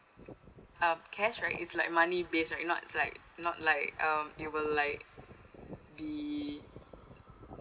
um cash right it's like money base right not like not like um it will like be